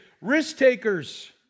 risk-takers